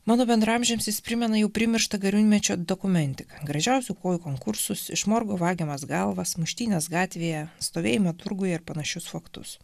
mano bendraamžiams jis primena jau primirštą gariūnmečio dokumentiką gražiausių kojų konkursus iš morgo vagiamas galvas muštynes gatvėje stovėjimą turguje ir panašius faktus